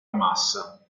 massa